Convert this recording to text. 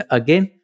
again